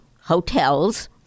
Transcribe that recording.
hotels